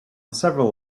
several